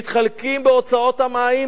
מתחלקים בהוצאות המים